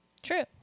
true